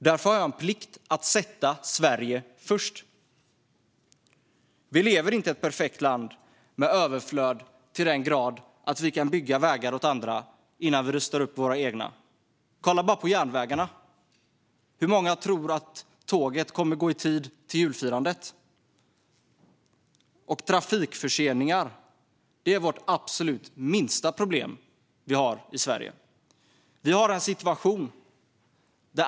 Därför har jag en plikt att sätta Sverige först. Vi lever inte i ett perfekt land med överflöd till den grad att vi kan bygga vägar åt andra innan vi rustar upp våra egna. Kolla bara på järnvägarna! Hur många tror att tågen kommer att gå i tid till julfirandet? Trafikförseningar är det absolut minsta problem vi i Sverige har.